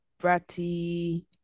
bratty